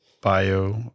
bio